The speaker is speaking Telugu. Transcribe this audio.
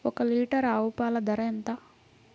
ఒక్క లీటర్ ఆవు పాల ధర ఎంత?